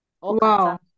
Wow